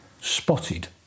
spotted